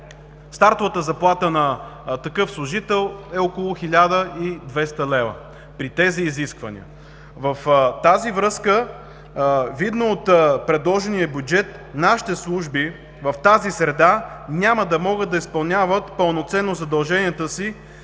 Стартовата заплата на такъв служител е около 1200 лв. при тези изисквания. В тази връзка, видно от предложения бюджет, нашите служби в тази среда няма да могат да изпълняват пълноценно задълженията си